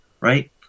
right